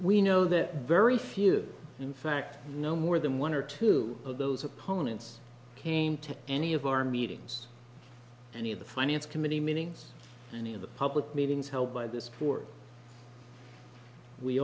we know that very few in fact no more than one or two of those opponents came to any of our meetings any of the finance committee meetings any of the public meetings held by this